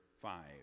five